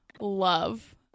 Love